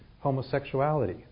homosexuality